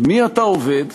על מי אתה עובד?//